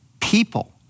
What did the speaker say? people